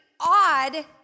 odd